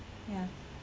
ya